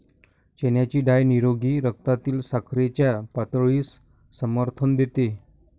चण्याची डाळ निरोगी रक्तातील साखरेच्या पातळीस समर्थन देते